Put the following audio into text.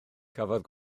cafodd